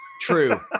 True